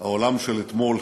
"העולם של אתמול",